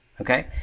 okay